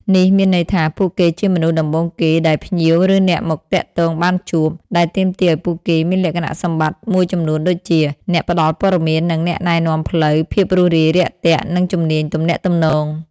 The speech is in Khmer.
នេះមានន័យថា ពួកគេជាមនុស្សដំបូងគេដែលភ្ញៀវ ឬអ្នកមកទាក់ទងបានជួប ដែលទាមទារឲ្យពួកគេមានលក្ខណៈសម្បត្តិមួយចំនួនដូចជា អ្នកផ្ដល់ព័ត៌មាន និងអ្នកណែនាំផ្លូវ ភាពរួសរាយរាក់ទាក់ និងជំនាញទំនាក់ទំនង។